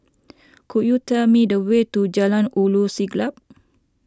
could you tell me the way to Jalan Ulu Siglap